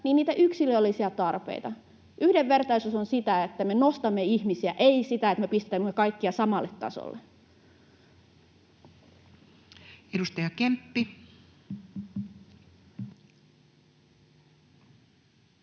hakee sitä, yksilöllisiä tarpeita. Yhdenvertaisuus on sitä, että me nostamme ihmisiä, ei sitä, että me pistämme kaikkia samalle tasolle. Edustaja Kemppi.